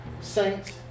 saints